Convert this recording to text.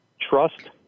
Trust